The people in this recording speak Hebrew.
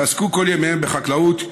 ועסקו כל ימיהם בחקלאות,